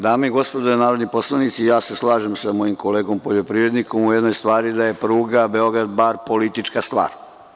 Dame i gospodo narodni poslanici, slažem se sa mojim kolegom poljoprivrednikom u jednoj stvari da je pruga Beograd–Bar politička stvar.